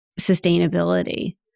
sustainability